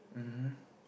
mmhmm